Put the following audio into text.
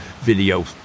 video